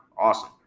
Awesome